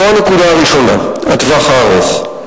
זו הנקודה הראשונה, הטווח הארוך.